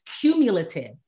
cumulative